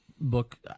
book